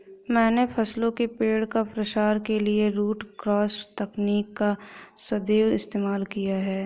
मैंने फलों के पेड़ का प्रसार के लिए रूट क्रॉस तकनीक का सदैव इस्तेमाल किया है